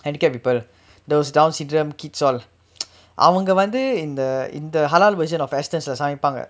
handicap people those down syndrome kids all அவங்க வந்து இந்த இந்த:avangga vanthu intha intha halal version of Astons leh சமைப்பாங்க:samaipaangga